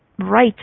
Right